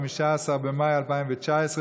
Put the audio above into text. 15 במאי 2019,